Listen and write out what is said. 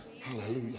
Hallelujah